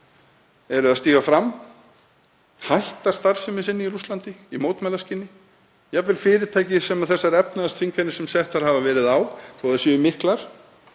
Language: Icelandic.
eru að stíga fram og hætta starfsemi sinni í Rússlandi í mótmælaskyni, jafnvel fyrirtæki sem þessar efnahagsþvinganir sem settar hafa verið á, þó að þær séu miklar,